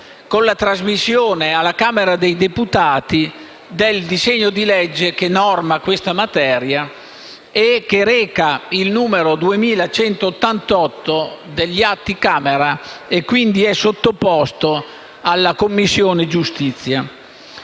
con la trasmissione alla Camera dei deputati del disegno di legge che norma questa materia, che reca il n. 2188 degli Atti Camera e che quindi è sottoposto alla Commissione giustizia.